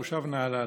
מושב נהלל.